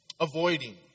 Avoiding